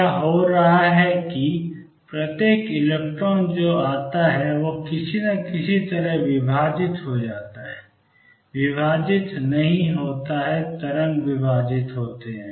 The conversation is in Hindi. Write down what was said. क्या हो रहा है कि प्रत्येक इलेक्ट्रॉन जो आता है वह किसी न किसी तरह विभाजित हो जाता है विभाजित नहीं होता है तरंग विभाजित हो जाती है